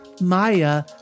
Maya